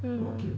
mm